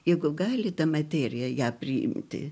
jeigu gali ta materija ją priimti